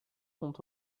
sont